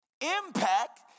Impact